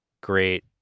great